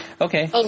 okay